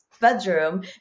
bedroom